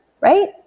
right